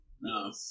No